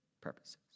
purposes